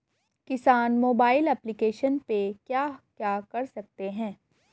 किसान mobile application पे क्या क्या कर सकते हैं?